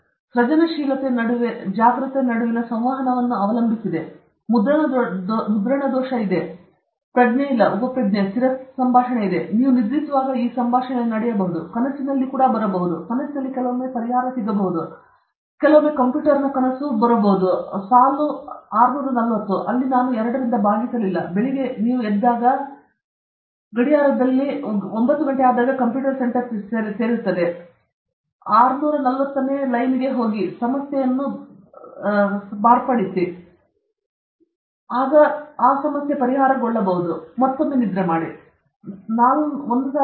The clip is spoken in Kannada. ಆದ್ದರಿಂದ ಸೃಜನಶೀಲತೆ ಜಾಗೃತ ನಡುವಿನ ಸಂವಹನವನ್ನು ಅವಲಂಬಿಸಿದೆ ಮತ್ತೆ ಮುದ್ರಣದೋಷ ಇದೆ ಅದು ಪ್ರಜ್ಞೆ ಇಲ್ಲ ಉಪಪ್ರಜ್ಞೆ ಸ್ಥಿರ ಸಂಭಾಷಣೆ ಇದೆ ನೀವು ನಿದ್ರಿಸುವಾಗ ಈ ಸಂಭಾಷಣೆ ನಡೆಯಬಹುದು ಕನಸಿನಲ್ಲಿ ಕೂಡ ಇದು ಬರಬಹುದು ಕನಸಿನಲ್ಲಿ ಕೆಲವೊಮ್ಮೆ ಅದು ಬರಬಹುದು ಕೆಲವೊಮ್ಮೆ ಸಹ ಕಂಪ್ಯೂಟರ್ ಕನಸು 640 ಗೆ ಹೋಗುತ್ತದೆ ನಾನು ಅದನ್ನು 2 ರಿಂದ ಭಾಗಿಸಲಿಲ್ಲ ಬೆಳಿಗ್ಗೆ ನಾವು ಅಲ್ಲಿರುವಾಗ ಒಂಬತ್ತು 39ಒ39 ಗಡಿಯಾರದಲ್ಲಿ ಮಾತ್ರ ಕಂಪ್ಯೂಟರ್ ಸೆಂಟರ್ ತೆರೆಯುತ್ತದೆ ಎಂಟು 39ಒ39 ಗಡಿಯಾರ ಎಂಟು ಮೂವತ್ತು ನೀವು ಹೋಗುತ್ತದೆ ನೀವು ಬದಲಾಗುತ್ತೀರಿ ಆದರೆ ನೀವು ಅದನ್ನು 2 ಕೆಲಸ ಮಾಡಬಾರದು ಅದು ವಿಭಿನ್ನ ವಿಷಯವಾಗಿದೆ ಆದರೆ ನಾನು ಪರಿಹಾರ ಮಾಡಿದ ಸಮಸ್ಯೆಯನ್ನು ನೀವು ತಿಳಿದಿರುತ್ತೀರಿ ಲೈನ್ 620 ಸಮಸ್ಯೆ ಮತ್ತೊಮ್ಮೆ ನಿದ್ರೆ ಸಾಲು 1424 ಎಂದು ವರ್ಗಮೂಲವು ಸರಿ ಇಲ್ಲ ಮತ್ತು ನಂತರ ನೀವು ಏನು ಕೆಲಸ ಮಾಡುತ್ತಿಲ್ಲ ಬರೆಯಲು ಹೇಳಿಕೆ